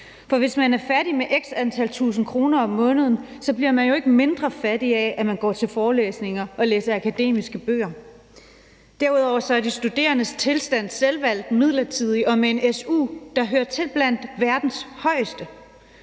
for hvis man er fattig med x antal tusinde kroner om måneden, bliver man jo ikke mindre fattig af, at man går til forelæsninger og læser akademiske bøger. Derudover er de studerendes tilstand selvvalgt, midlertidig og med en su, der hører til blandt verdens højeste.